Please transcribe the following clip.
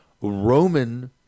Roman